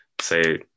say